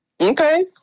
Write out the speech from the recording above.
Okay